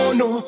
no